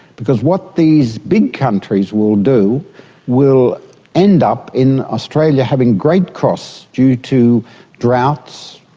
because what these big countries will do will end up in australia having great costs due to droughts,